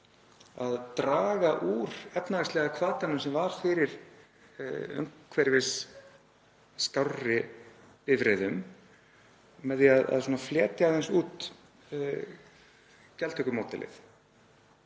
að draga úr efnahagslega hvatanum sem var fyrir umhverfisskárri bifreiðum með því að fletja aðeins út gjaldtökumódelið.